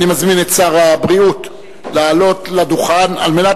אני מזמין את שר הבריאות לעלות לדוכן על מנת